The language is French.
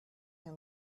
rien